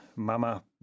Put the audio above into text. Mama